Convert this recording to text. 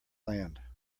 land